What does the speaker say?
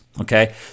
Okay